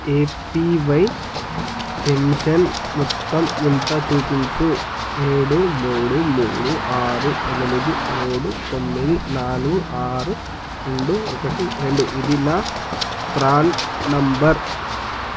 APY pension మొత్తం ఎంత చూపించు ఏడు మూడు మూడు ఆరు ఎనిమిది మూడు తొమ్మిది నాలుగు ఆరు రెండు ఒకటి రెండు ఇది నా ప్రాన్ నంబర్